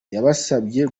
yabasabye